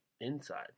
Inside